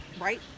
right